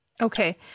Okay